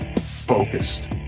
focused